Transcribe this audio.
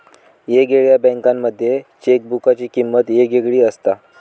येगयेगळ्या बँकांमध्ये चेकबुकाची किमंत येगयेगळी असता